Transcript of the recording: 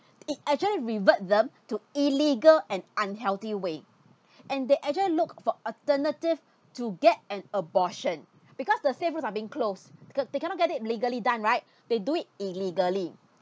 it actually revert them to illegal and unhealthy way and they actually look for alternative to get an abortion because the safe routes are being closed cause they cannot get it legally done right they do it illegally